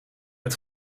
het